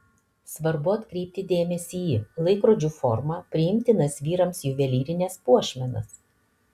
svarbu atkreipti dėmesį į laikrodžių formą priimtinas vyrams juvelyrines puošmenas